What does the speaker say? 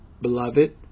beloved